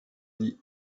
die